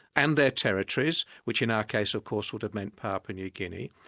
and their territories, which in our case of course would have meant power for new guinea,